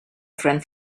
friend